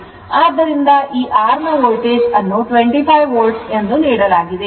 ಆದ್ದರಿಂದ ಈ R ನ ವೋಲ್ಟೇಜ್ ಅನ್ನು 25 volt ಎಂದು ನೀಡಲಾಗುತ್ತದೆ